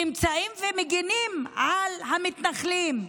נמצאים ומגינים על המתנחלים,